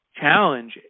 challenge